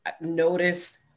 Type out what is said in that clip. Notice